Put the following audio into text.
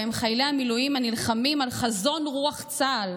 שבהם חיילי המילואים הנלחמים על חזון רוח צה"ל,